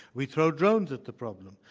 we throw drones at the problem.